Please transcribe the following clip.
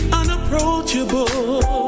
unapproachable